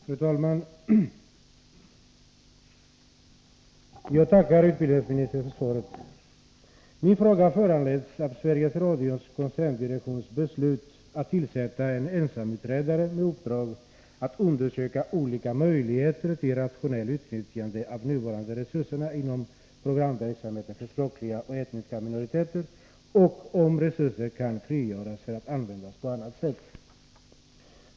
Fru talman! Jag tackar statsrådet Göransson för svaret. Min fråga föranleds av Sveriges Radios koncerndirektions beslut att tillsätta en ensamutredare med uppdrag att undersöka olika möjligheter till rationellt utnyttjande av de nuvarande resurserna inom programverksamheten för språkliga och etniska minoriteter och om resurser kan frigöras för att användas på annat sätt.